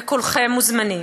וכולכם מוזמנים.